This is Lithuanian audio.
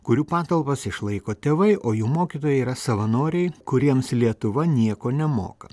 kurių patalpas išlaiko tėvai o jų mokytojai yra savanoriai kuriems lietuva nieko nemoka